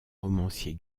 romancier